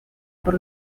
por